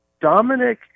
Dominic